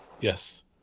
yes